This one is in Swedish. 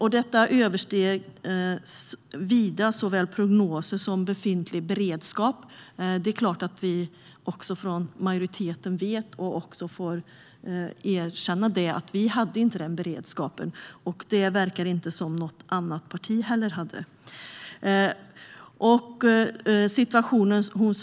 Detta översteg vida såväl prognoser som befintlig beredskap. Det är klart att vi från majoriteten vet och också får erkänna att vi inte hade beredskap för det, och det verkar som att inget annat parti heller hade det.